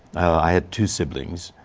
i have two siblings.